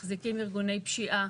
מחזיקים ארגוני פשיעה,